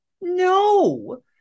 No